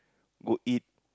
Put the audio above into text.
go eat